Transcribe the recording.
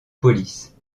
police